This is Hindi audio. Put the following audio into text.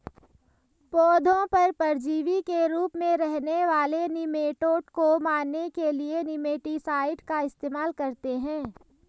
पौधों पर परजीवी के रूप में रहने वाले निमैटोड को मारने के लिए निमैटीसाइड का इस्तेमाल करते हैं